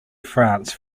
france